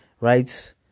right